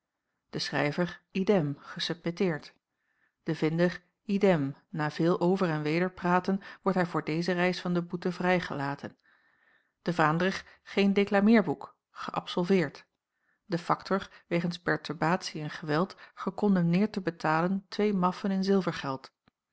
de schrijver idem gesubmitteerd de vinder idem na veel over en weder praten wordt hij voor deze reis van de boete vrijgelaten de vaandrig geen deklameerboek geäbsolveerd de factor wegens perturbatie en geweld gekondemneerd te betalen twee maffen in zilvergeld